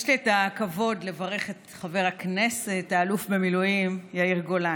יש לי את הכבוד לברך את חבר הכנסת האלוף במילואים יאיר גולן.